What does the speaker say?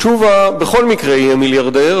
תשובה בכל מקרה יהיה מיליארדר,